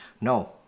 no